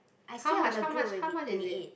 I say on the group already twenty eight